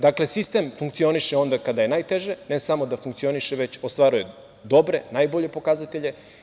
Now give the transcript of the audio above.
Dakle, sistem funkcioniše onda kada je najteže, ne samo da funkcioniše, već ostvaruje dobre, najbolje pokazatelje.